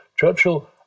Churchill